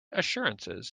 assurances